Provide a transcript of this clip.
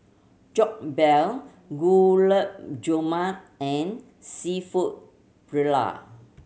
Jokbal Gulab Jamun and Seafood Paella